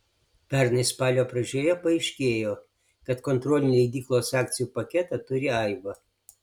pernai spalio pradžioje paaiškėjo kad kontrolinį leidyklos akcijų paketą turi aiva